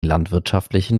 landwirtschaftlichen